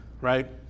right